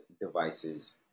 Devices